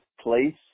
place